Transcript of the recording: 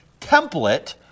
template